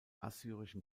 assyrischen